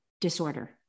disorder